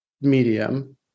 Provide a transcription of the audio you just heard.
medium